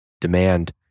demand